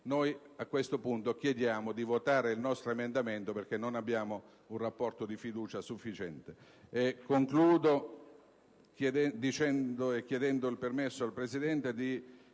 a questo punto chiediamo di votare il nostro emendamento perché non abbiamo un rapporto di fiducia sufficiente.